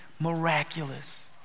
miraculous